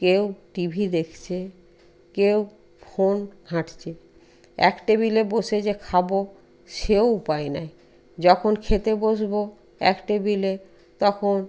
কেউ টিভি দেখছে কেউ ফোন ঘাঁটছে এক টেবিলে বসে যে খাবো সেও উপায় নাই যখন খেতে বসবো এক টেবিলে তখন